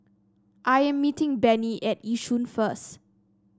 I am meeting Benny at Yishun first